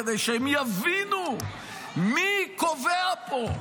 כדי שהם יבינו מי קובע פה.